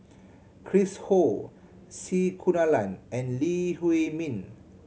Chris Ho C Kunalan and Lee Huei Min